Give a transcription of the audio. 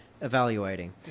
evaluating